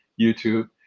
YouTube